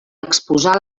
exposar